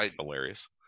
Hilarious